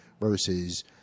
versus